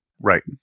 Right